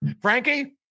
Frankie